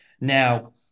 Now